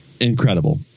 Incredible